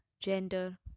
gender